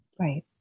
Right